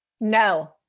No